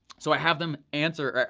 so i have them answer, ah